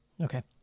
Okay